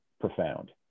profound